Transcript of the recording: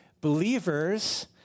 believers